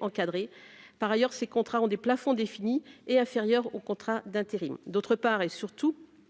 encadrés par ailleurs ces contrats ont des plafonds définis et inférieur aux contrats d'intérim, d'autre part et surtout,